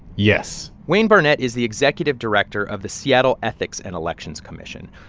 yes wayne barnett is the executive director of the seattle ethics and elections commission.